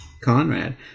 Conrad